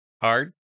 hard